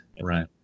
right